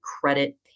credit